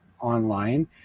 online